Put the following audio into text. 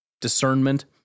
discernment